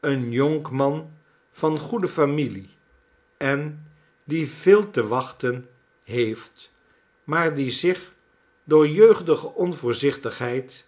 een jonkman van goede familie en die veel te wachten heeft maar die zieh door jeugdige onvoorzichtigheid